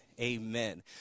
Amen